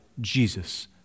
Jesus